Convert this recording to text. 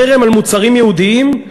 חרם על מוצרים יהודיים,